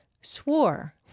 swore